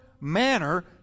manner